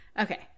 Okay